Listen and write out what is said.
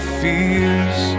fears